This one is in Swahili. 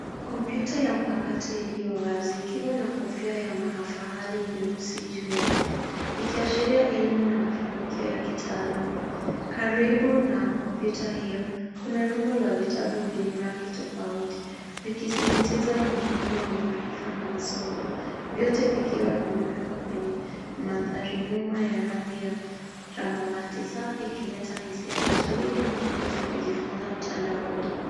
Kompyuta ya mpakato iliyo wazi ikiwa na kofia ya mahafali nyeusi juu yake ikiashiria elimu na mafanikio ya kitaaluma. Karibu na kompyuta hiyo kuna rundo la vitabu vyenye rangi tofauti vikisisitiza umuhimu wa maarifa na masomo. Vyote vikiwa vimeweka kwenye manthari nyuma ya rangi ya samawati safi ikileta hisia ya utulivu na wepesi wa kujifunza mtandaoni.